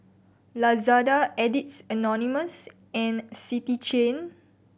Lazada Addicts Anonymous and City Chain